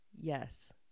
Yes